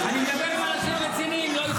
אני מדבר עם אנשים רציניים, לא איתך.